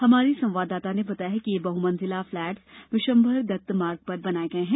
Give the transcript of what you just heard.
हमारे संवाददाता ने बताया कि ये बहुमंजिला फ्लैट विश्वंभर दत्त मार्ग पर बनाये गये हैं